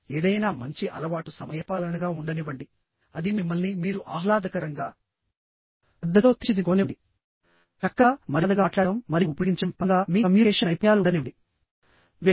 ఏదైనా మంచి అలవాటు సమయపాలనగా ఉండనివ్వండి అది మిమ్మల్ని మీరు ఆహ్లాదకరంగా పద్ధతిలో తీర్చిదిద్దుకోనివ్వండి చక్కగామర్యాదగా మాట్లాడటం మరియు ఉపయోగించడం పరంగా మీ కమ్యూనికేషన్ నైపుణ్యాలు ఉండనివ్వండి